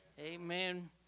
Amen